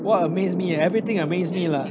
what amaze me eh everything amaze me lah